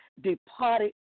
departed